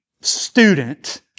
student